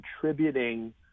contributing